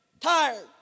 tired